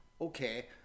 okay